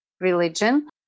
religion